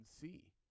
see